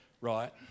right